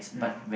mm